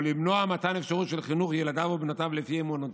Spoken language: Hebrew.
או למנוע מתן אפשרות של חינוך ילדיו ובנותיו לפי אמונתו,